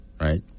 right